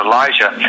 Elijah